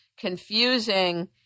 confusing